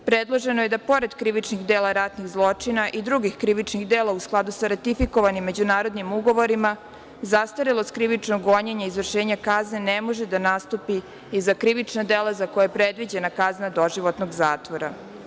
Predloženo je da, pored krivičnih dela ratnih zločina i drugih krivičnih dela, u skladu sa ratifikovanim međunarodnim ugovorima, zastarelost krivičnog gonjenja i izvršenja kazne ne može da nastupi i za krivična dela za koje je predviđena kazna doživotnog zatvora.